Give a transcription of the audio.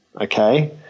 Okay